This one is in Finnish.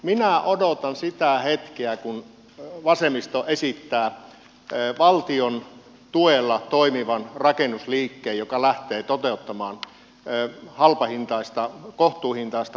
minä odotan sitä hetkeä kun vasemmisto esittää valtion tuella toimivan rakennusliikkeen joka lähtee toteuttamaan kohtuuhintaista vuokra asuntotuotantoa